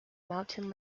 mountain